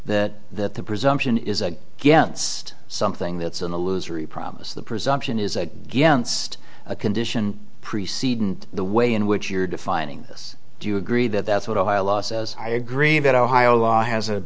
that that the presumption is a gets something that's an illusory promise the presumption is against a condition preceding the way in which you're defining this do you agree that that's what ohio law says i agree that ohio law has a